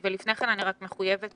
לפני כן אני רק מחויבת